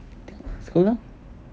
tengok lah so lah